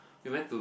we went to